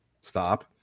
Stop